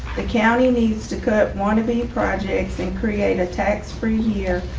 the county needs to cut wannabe projects and create a tax free here.